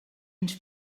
ens